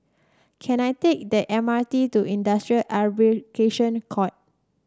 can I take the M R T to Industrial Arbitration Court